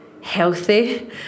healthy